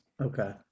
Okay